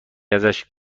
ازش